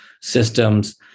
systems